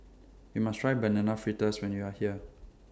YOU must Try Banana Fritters when YOU Are here